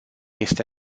este